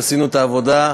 כשעשינו את העבודה,